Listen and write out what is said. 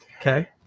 Okay